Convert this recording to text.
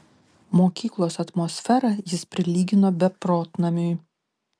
mokyklos atmosferą jis prilygino beprotnamiui